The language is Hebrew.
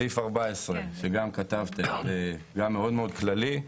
זה מאוד כללי.